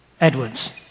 Edwards